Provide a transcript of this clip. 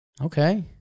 Okay